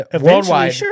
Worldwide